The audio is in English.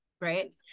right